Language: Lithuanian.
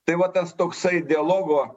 tai va tas toksai dialogo